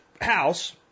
house